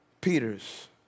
Peter's